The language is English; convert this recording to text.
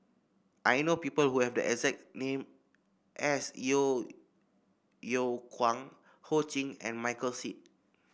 I know people who have the exact name as Yeo Yeow Kwang Ho Ching and Michael Seet